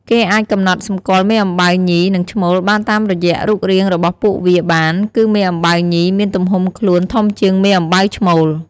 គេអាចកំណត់សម្គាល់មេអំបៅញី និងឈ្មោលបានតាមរយៈរូបរាងរបស់ពួកវាបាន គឺមេអំបៅញី មានទំហំខ្លួនធំជាងមេអំបៅឈ្មោល។